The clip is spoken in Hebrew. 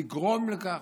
לגרום לכך.